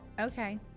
Okay